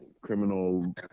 criminal